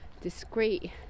discreet